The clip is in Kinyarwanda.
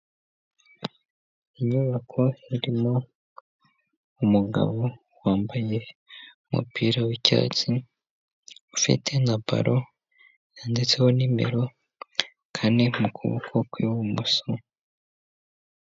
Inyubako irimo umugabo wambaye umupira w'icyatsi ufite na baro yanditseho nimero kane mu kuboko kw'ibumoso.